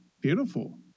beautiful